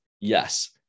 Yes